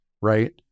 right